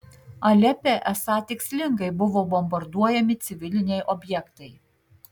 alepe esą tikslingai buvo bombarduojami civiliniai objektai